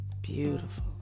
Beautiful